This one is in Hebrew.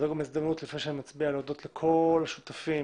לפני שאני מצביע, זאת הזדמנות להודות לכל השותפים